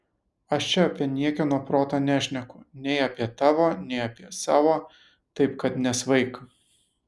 aš čia apie niekieno protą nešneku nei apie tavo nei apie savo taip kad nesvaik